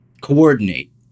coordinate